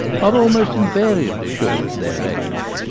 are almost invariably short for their age.